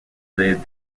played